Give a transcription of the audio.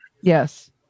Yes